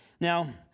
Now